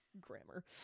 Grammar